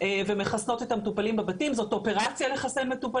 כי יש שם מאות מחוסנים וצריך להגיע לכולם.